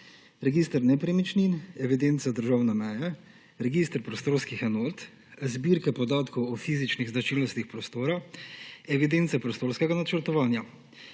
register nepremičnin, evidenca državne meje, register prostorskih enot, zbirke podatkov o fizičnih značilnostih prostora, evidence prostorskega načrtovanja.